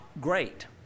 Great